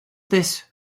this